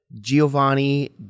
Giovanni